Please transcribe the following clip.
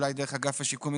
אולי דרך אגף השיקום,